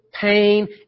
pain